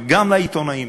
וגם לעיתונאים